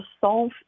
solve